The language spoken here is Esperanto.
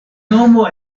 nomo